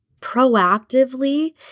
proactively